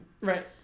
Right